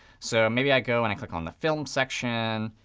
so maybe i go and i click on the film section.